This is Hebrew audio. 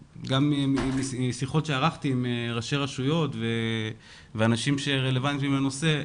משיחות שקיימתי עם ראשי רשויות ואנשים שרלוונטיים לנושא,